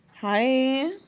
Hi